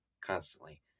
constantly